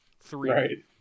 three